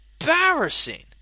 embarrassing